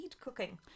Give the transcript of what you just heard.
cooking